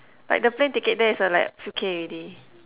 like the plane ticket there is uh like few K already